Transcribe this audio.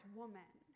woman